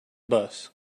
bus